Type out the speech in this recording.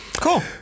Cool